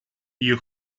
you